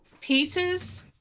pieces